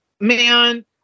man